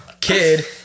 kid